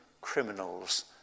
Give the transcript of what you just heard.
criminal's